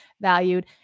valued